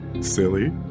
silly